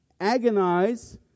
agonize